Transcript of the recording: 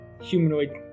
humanoid